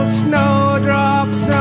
snowdrops